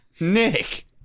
Nick